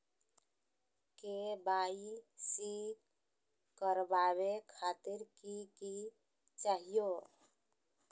KYC करवावे खातीर कि कि चाहियो?